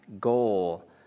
goal